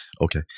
okay